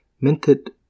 minted